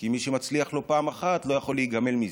כי מי שמצליח לו פעם אחת לא יכול להיגמל מזה,